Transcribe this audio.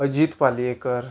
Ajit Palyekar